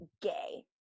gay